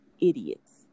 idiots